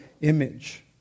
image